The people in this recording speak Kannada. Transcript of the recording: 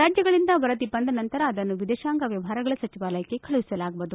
ರಾಜ್ಲಗಳಿಂದ ವರದಿ ಬಂದ ನಂತರ ಅದನ್ನು ವಿದೇಶಾಂಗ ವ್ಯವಹಾರಗಳ ಸಚಿವಾಲಯಕ್ಕೆ ಕಳುಹಿಸಲಾಗುವುದು